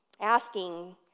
asking